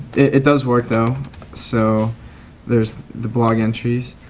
it does work though so there's the blog entries.